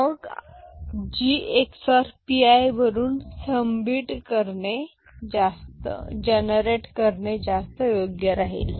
मग G XOR P i वरून सम बिट जनरेट करणे जास्त योग्य राहील